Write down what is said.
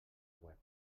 web